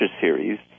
series